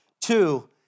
two